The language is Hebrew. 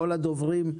כל הדוברים,